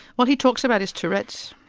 well he talks about his tourette's,